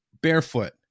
barefoot